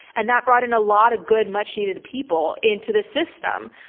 and that brought in a lot of good, much needed people into the system.